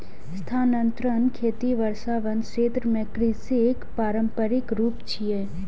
स्थानांतरण खेती वर्षावन क्षेत्र मे कृषिक पारंपरिक रूप छियै